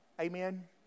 amen